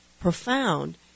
profound